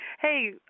hey